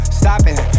stopping